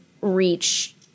reach